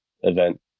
event